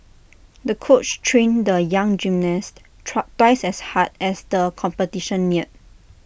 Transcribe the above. the coach trained the young gymnast trust twice as hard as the competition neared